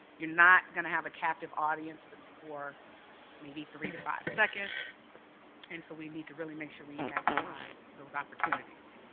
you're not going to have captive audience but before three to five seconds and so we need to really make sure we maximize those opportunities.